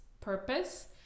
purpose